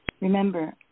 Remember